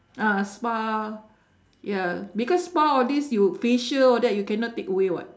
ah spa ya because spa all this you facial all that you cannot take away [what]